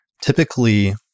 Typically